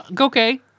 okay